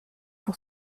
pour